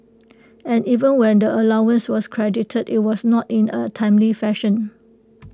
and even when the allowance was credited IT was not in A timely fashion